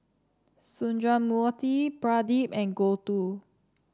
Sundramoorthy Pradip and Gouthu